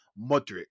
Modric